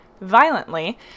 violently